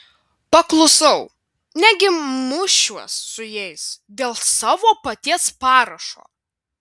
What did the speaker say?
paklusau negi mušiuos su jais dėl savo paties parašo